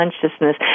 consciousness